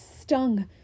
stung